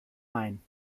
main